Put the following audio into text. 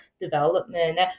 development